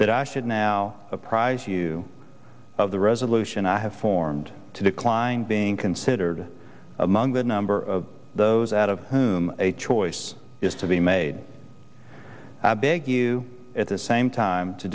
that i should now surprise you of the resolution i have formed to decline being considered among the number of those out of whom a choice is to be made big you at the same time to